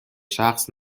شخص